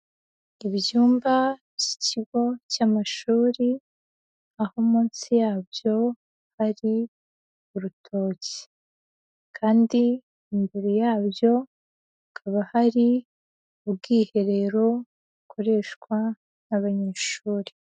Ibyumba by'ikigo cy'amashuri, aho munsi yabyo hari urutoki kandi imbere yabyo hakaba hari ubwiherero bukoreshwa n'abanyeshuri.